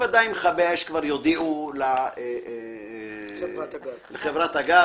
בוודאי שמכבי אש כבר יודיעו לחברת הגז,